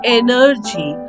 energy